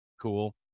cool